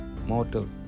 Mortal